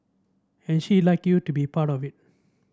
and she'd like you to be a part of it